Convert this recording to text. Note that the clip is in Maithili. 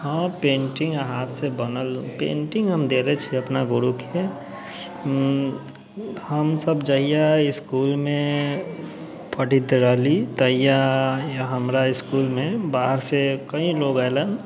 हँ पेन्टिङ्ग हाथसँ बनल पेन्टिङ्ग हम देले छी अपना गुरुके हमसब जहिआ इसकुलमे पढ़ैत रहली तहिया हमरा इसकुलमे बाहरसँ कएक लोक अएला